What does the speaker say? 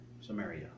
Samaria